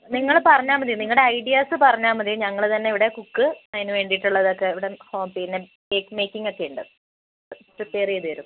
നിങ്ങൾ പറഞ്ഞാൽ മതി നിങ്ങളുടെ ഐഡിയാസ് പറഞ്ഞാൽ മതി ഞങ്ങൾ തന്നെ ഇവിടെ കുക്ക് അതിന് വേണ്ടിയിട്ടുള്ളതൊക്കെ ഇവിടെ ഹോ പിന്നെ കേക്ക് മേക്കിങ് ഒക്കെ ഉണ്ട് പ്രിപേയർ ചെയ്ത് തരും